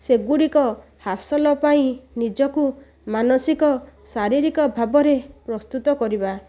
ସେଗୁଡ଼ିକ ହାସଲ ପାଇଁ ନିଜକୁ ମାନସିକ ଶାରୀରିକ ଭାବରେ ପ୍ରସ୍ତୁତ କରିବା